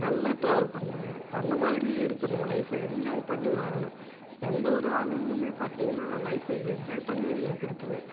நல்லா ட்ராவல் பண்ணுறாரு அந்த மாதிரி இருக்கணும் லைஃப்பை என்ஜாய் பண்ணி வாழணும் எந்த ஒரு ஆளுங்களுமே பார்த்தீங்கன்னா லைஃப் என்ஜாய் பண்ணியே இருக்குறது இல்லை